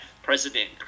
President